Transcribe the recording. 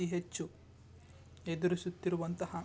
ಅತೀ ಹೆಚ್ಚು ಎದುರಿಸುತ್ತಿರುವಂತಹ